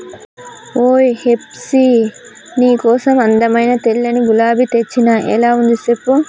ఓయ్ హెప్సీ నీ కోసం అందమైన తెల్లని గులాబీ తెచ్చిన ఎలా ఉంది సెప్పు